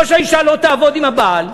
או שהאישה לא תעבוד עם הבעל,